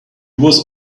was